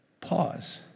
pause